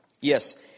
Yes